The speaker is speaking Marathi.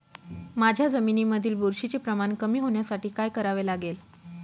माझ्या जमिनीमधील बुरशीचे प्रमाण कमी होण्यासाठी काय करावे लागेल?